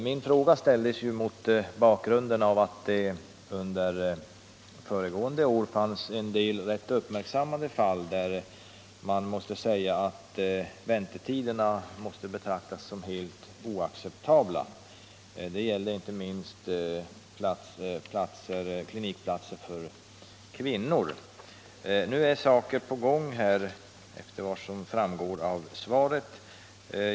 Min fråga ställdes mot bakgrund av att det under föregående år fanns en del rätt uppmärksammade fall, där väntetiderna måste betraktas som helt oacceptabla. Det gällde inte minst klinikplatser för kvinnor. Nu är saker på gång här efter vad som framgår av svaret.